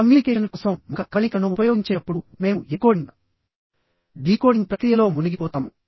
communication కోసం ముఖ కవళికలను ఉపయోగించేటప్పుడు మేము ఎన్కోడింగ్ డీకోడింగ్ ప్రక్రియలో మునిగిపోతాము